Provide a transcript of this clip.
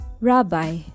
Rabbi